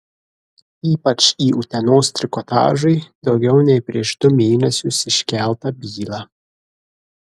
ypač į utenos trikotažui daugiau nei prieš du mėnesius iškeltą bylą